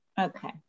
Okay